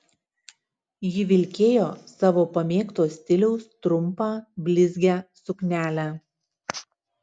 ji vilkėjo savo pamėgto stiliaus trumpą blizgią suknelę